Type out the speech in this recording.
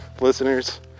listeners